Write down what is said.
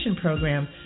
program